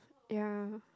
ya